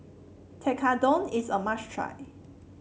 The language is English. tekkadon is a must try